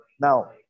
Now